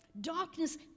Darkness